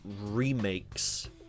remakes